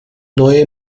neue